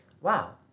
wow